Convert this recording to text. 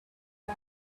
man